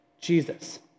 Jesus